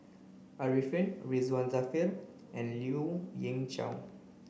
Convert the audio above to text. Arifin Ridzwan Dzafir and Lien Ying Chow